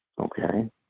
Okay